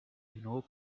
ignore